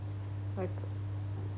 like